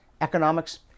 economics